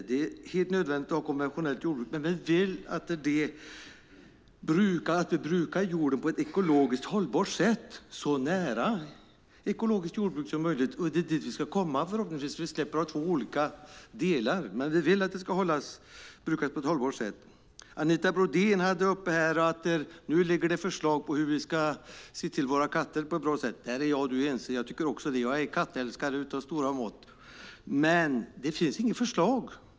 Det är helt nödvändigt att ha konventionellt jordbruk, men vi vill att vi brukar jorden på ett ekologiskt hållbart sätt, så nära ekologiskt jordbruk som möjligt. Det är dit vi förhoppningsvis ska komma så att vi slipper ha två olika jordbruk. Vi vill att jorden ska brukas på ett hållbart sätt. Anita Brodén tog upp att det finns förslag på hur vi ska se till våra katter på ett bra sätt. Där är hon och jag ense. Jag är kattälskare av stora mått. Det finns dock inget förslag.